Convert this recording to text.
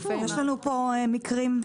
יש לנו פה מקרים.